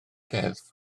ddeddf